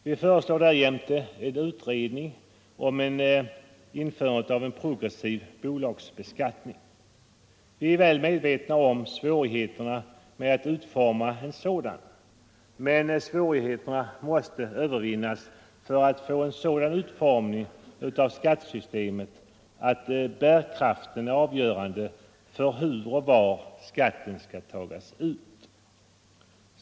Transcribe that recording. Vi föreslår därjämte en utredning om införande av en progressiv bolagsbeskattning. Vi är väl medvetna om svårigheterna med att utforma en sådan, men svårigheterna måste övervinnas för att skattesystemet skall få en sådan utformning att bärkraften blir avgörande för hur och var skatten skall tagas ut.